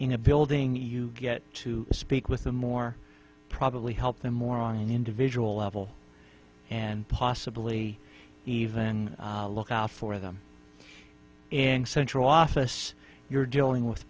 in a building you get to speak with the more probably help them or wrong an individual level and possibly even look out for them and central office you're dealing with